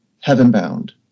heaven-bound